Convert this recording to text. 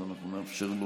נאפשר לו